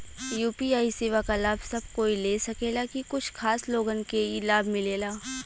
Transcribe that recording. UPI सेवा क लाभ सब कोई ले सकेला की कुछ खास लोगन के ई लाभ मिलेला?